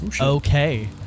Okay